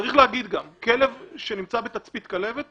צריך להגיד גם שכלב שנמצא בתצפית כלבת,